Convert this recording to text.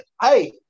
hey